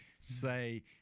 say